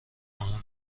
مهم